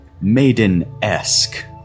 maiden-esque